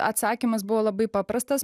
atsakymas buvo labai paprastas